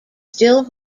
still